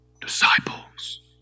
disciples